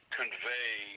convey